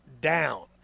down